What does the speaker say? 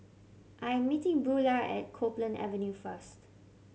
I am meeting Buelah at Copeland Avenue first